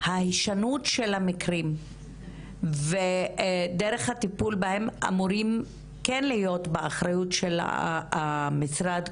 ההישנות של המקרים ודרך הטיפול בהם אמורים כן להיות באחריות של המשרד,